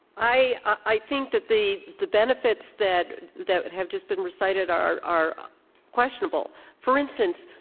i i think that the the benefits that that have just been recited are are questionable. for instance,